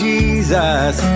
Jesus